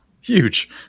Huge